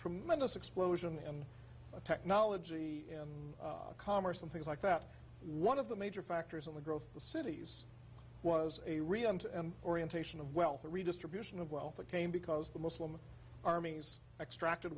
tremendous explosion in technology in commerce and things like that one of the major factors in the growth of the cities was a real orientation of wealth redistribution of wealth that came because the muslim armies extracted